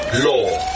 Law